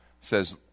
says